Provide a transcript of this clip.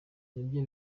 nibyo